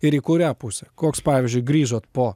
ir į kurią pusę koks pavyzdžiui grįžot po